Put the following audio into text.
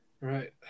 right